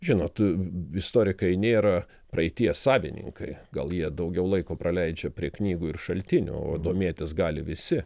žinot istorikai nėra praeities savininkai gal jie daugiau laiko praleidžia prie knygų ir šaltinių o domėtis gali visi